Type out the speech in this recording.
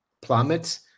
plummets